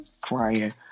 crying